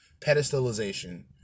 pedestalization